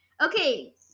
Okay